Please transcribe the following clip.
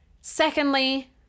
Secondly